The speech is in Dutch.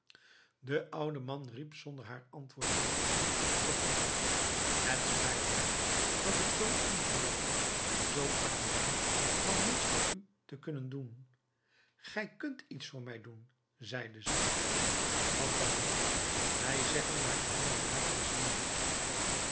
de oude man riep zonder haar antwoord te wachten of te hooren het spijt mij dat ik zoo ongelukkig en zoo arm ben van niets voor u te kunnen doen gij kunt iets voor mij doen zeide zij wat dan mij zeggen waar de heer marius woont